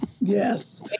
yes